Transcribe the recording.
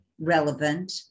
relevant